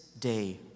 day